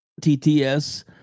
TTS